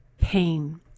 pain